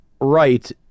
right